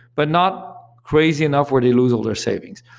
but not crazy enough where they lose all their savings.